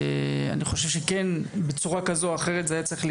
אני חושב שבצורה כזו או אחרת זה היה צריך להיכלל,